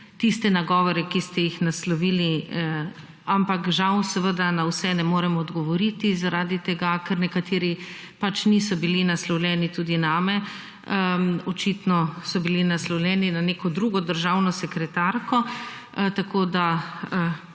tiste nagovore, ki ste jih naslovili, ampak žal na vse ne morem odgovoriti, zaradi tega, ker nekateri niso bili pač naslovljeni na mene očitno so bili naslovljeni na neko drugo državno sekretarko tako, da